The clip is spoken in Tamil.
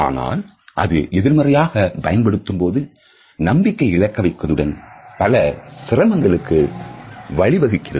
ஆனால் அது எதிர்மறையாக பயன்படுத்தும்போது நம்பிக்கையை இலக்க வைத்ததுடன் பல சிரமங்களை வழிவகுக்கிறது